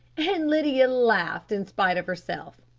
and lydia laughed in spite of herself.